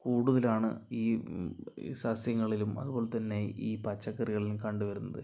കൂടുതലാണ് ഈ സസ്യങ്ങളിലും അതുപോലെ തന്നെ ഈ പച്ചക്കറികളിലും കണ്ടുവരുന്നത്